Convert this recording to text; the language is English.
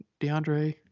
DeAndre